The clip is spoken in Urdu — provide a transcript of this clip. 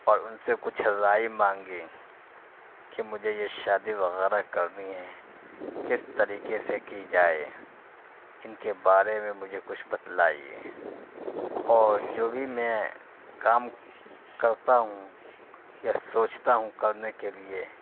اور ان سے کچھ رائے مانگی کہ مجھے یہ شادی وغیرہ کرنی ہے کس طریقے سے کی جائے ان کے بارے میں مجھے کچھ بتلائیے اور جو بھی میں کام کرتا ہوں یا سوچتا ہوں کرنے کے لیے